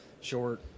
short